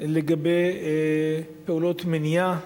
לגבי פעולות מניעה